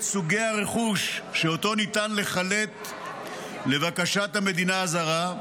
סוגי הרכוש שאותו ניתן לחלט לבקשת המדינה הזרה,